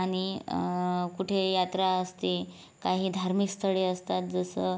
आणि कुठे यात्रा असते काही धार्मिक स्थळे असतात जसं